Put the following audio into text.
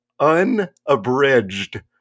unabridged